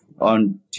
on